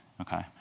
Okay